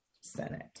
senate